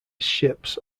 ships